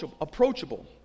approachable